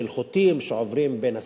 של חוטים שעוברים בין שדות,